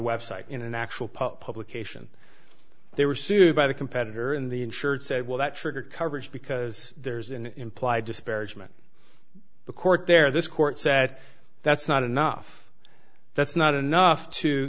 website in an actual post publication they were sued by the competitor in the insured said well that triggered coverage because there's an implied disparagement the court there this court said that's not enough that's not enough to